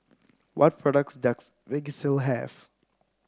what products does Vagisil have